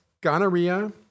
gonorrhea